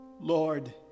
Lord